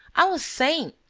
i was saying.